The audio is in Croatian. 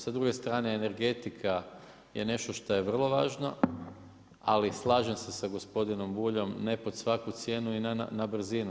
Sa druge strane energetika, je nešto što je vrlo važno, ali slažem se s gospodinom Buljom ne pod svaku cijenu i ne na brzinu.